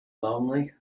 lonely